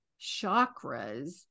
chakras